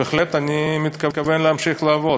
בהחלט, אני מתכוון להמשיך לעבוד,